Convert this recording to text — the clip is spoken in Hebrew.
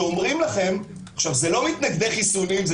זה לא מתנגדי חיסונים.